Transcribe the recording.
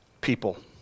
people